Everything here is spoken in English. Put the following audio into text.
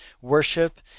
worship